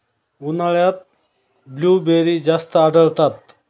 उन्हाळ्यात ब्लूबेरी जास्त आढळतात